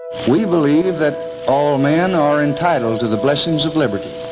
we believe that all men are entitled to the blessings of liberty,